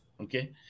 Okay